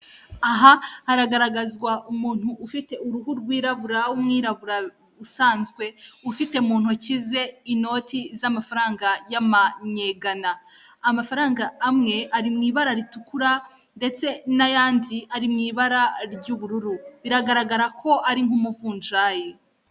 Aha garagaragazwa umuntu ufite uruhu rw'irabura w'umwirabura usanzwe ufite mu ntoki ze inoti z'amafaranga y'amanyegana. Amafaranga amwe ari mu ibara ritukura ndetse nayandi ari mu ibara ry'ubururu biragaragara ko ari nk'umuvunjayi.